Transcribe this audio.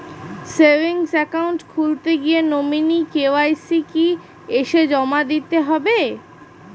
Savings account খুলতে গিয়ে nominee KYC কি এসে জমা দিতে হবে?